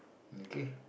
okay